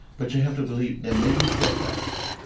but you have to believe there may be setbacks,